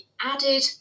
added